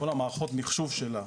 כל מערכות המחשוב שלה,